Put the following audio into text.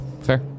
fair